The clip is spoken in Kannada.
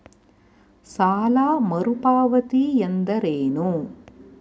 ಸಾಲ ಮರುಪಾವತಿ ಎಂದರೇನು?